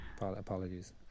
Apologies